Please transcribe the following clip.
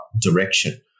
direction